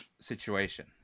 situation